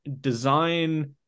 design